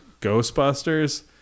Ghostbusters